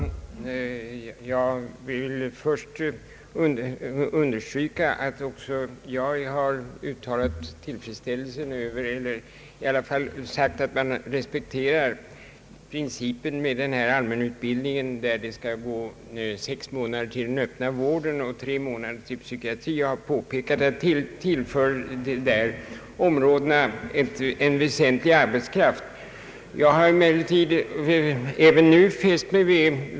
Herr talman! Jag vill understryka att jag i varje fall sagt att jag respekterar principen att under allmänutbildningen sex månader skall avsättas till öppen vård och tre månader till psykiatri. Det kommer att tillföra dessa områden väsentligt ökad arbetskraft.